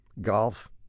golf